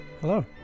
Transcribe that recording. Hello